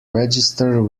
register